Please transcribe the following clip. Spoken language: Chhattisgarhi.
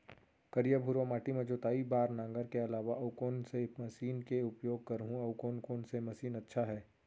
करिया, भुरवा माटी म जोताई बार नांगर के अलावा अऊ कोन से मशीन के उपयोग करहुं अऊ कोन कोन से मशीन अच्छा है?